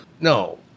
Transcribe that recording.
no